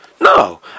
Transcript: No